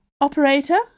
Operator